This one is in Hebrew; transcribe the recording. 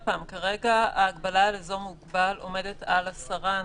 כרגע ההגבלה על אזור מוגבל עומדת על 10 אנשים.